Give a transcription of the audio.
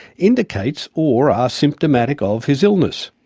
indicates or are symptomatic of his illness,